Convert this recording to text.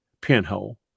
pinhole